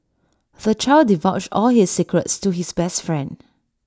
the child divulged all his secrets to his best friend